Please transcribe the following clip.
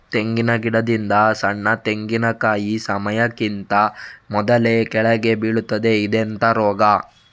ತೆಂಗಿನ ಗಿಡದಿಂದ ಸಣ್ಣ ತೆಂಗಿನಕಾಯಿ ಸಮಯಕ್ಕಿಂತ ಮೊದಲೇ ಕೆಳಗೆ ಬೀಳುತ್ತದೆ ಇದೆಂತ ರೋಗ?